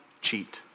cheat